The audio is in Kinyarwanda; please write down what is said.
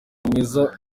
mwiza